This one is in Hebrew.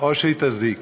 או שהיא תזיק.